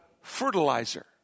fertilizer